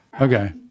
Okay